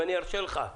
אם אני ארשה לך.